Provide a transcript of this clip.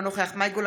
אינו נוכח מאי גולן,